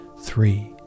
three